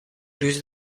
lose